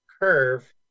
curve